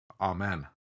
Amen